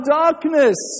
darkness